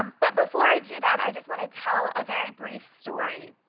but before i do that, i just want to tell a very brief story.